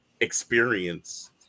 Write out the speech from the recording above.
experience